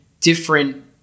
different